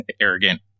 arrogant